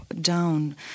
down